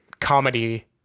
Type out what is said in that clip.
comedy